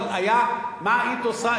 מה היית עושה?